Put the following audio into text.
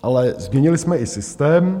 Ale změnili jsme systém.